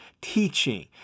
teaching